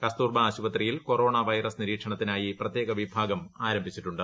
കസ്തൂർബാ ആശുപത്രിയിൽ corona virus നിരീക്ഷണത്തിനായി പ്രത്യേക വിഭാഗം ആരംഭിച്ചിട്ടുണ്ട്